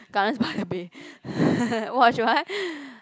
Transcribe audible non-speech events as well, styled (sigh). Gardens-by-the-Bay (laughs) !wah! should I